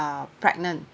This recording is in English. uh pregnant